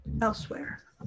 elsewhere